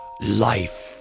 life